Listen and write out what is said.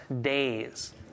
days